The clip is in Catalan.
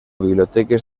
biblioteques